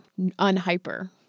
unhyper